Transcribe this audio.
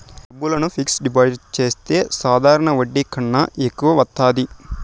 డబ్బులను fixed deposit చేస్తే సాధారణ వడ్డీ కన్నా ఎక్కువ వత్తాది